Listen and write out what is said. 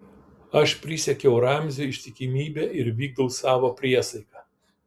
aš prisiekiau ramziui ištikimybę ir vykdau savo priesaiką